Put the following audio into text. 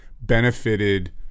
benefited